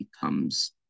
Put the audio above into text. becomes